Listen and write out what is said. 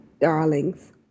darlings